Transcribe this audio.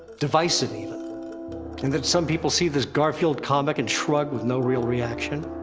divisive, even. and that some people see this garfield comic and shrug with no real reaction.